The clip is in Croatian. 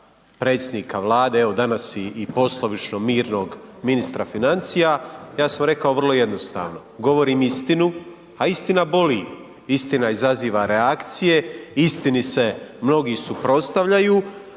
predsjednika Vlade evo danas i poslovičnog mirnog ministra financija? Ja sam rekao vrlo jednostavno, govorim istinu, a istina boli. Istina izaziva reakcije, istini se mnogi suprotstavljaju,